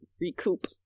recoup